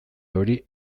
hori